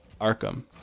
Arkham